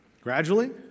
Gradually